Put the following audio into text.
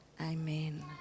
Amen